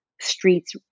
streets